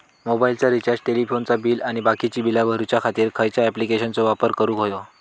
मोबाईलाचा रिचार्ज टेलिफोनाचा बिल आणि बाकीची बिला भरूच्या खातीर खयच्या ॲप्लिकेशनाचो वापर करूक होयो?